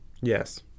Yes